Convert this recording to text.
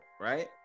right